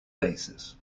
basis